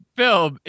film